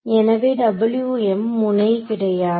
எனவே முனை கிடையாது